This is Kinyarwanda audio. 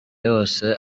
yose